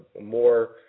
more